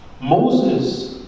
Moses